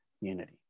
unity